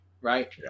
right